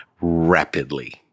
rapidly